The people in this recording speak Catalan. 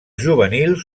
juvenils